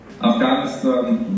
Afghanistan